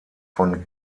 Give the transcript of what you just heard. von